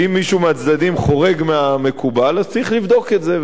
ואם מישהו מהצדדים חורג מהמקובל אז צריך לבדוק את זה.